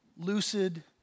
lucid